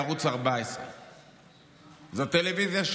בערוץ 14. זאת טלוויזיה,